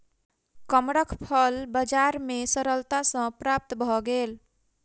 कमरख फल बजार में सरलता सॅ प्राप्त भअ गेल